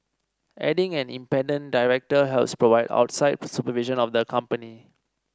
adding an independent director helps provide outside supervision of the company